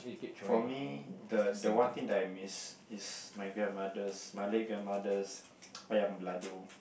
for me the the one thing that I miss is my grandmother's my late grandmother's Ayam Balado